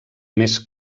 més